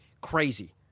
crazy